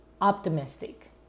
optimistic